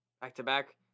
Back-to-back